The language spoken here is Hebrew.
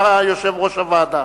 נתקבלה.